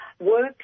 work